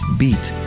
beat